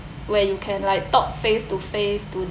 where you can like talk face to face to